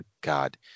God